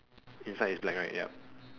inside is black right ya